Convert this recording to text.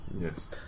Yes